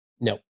No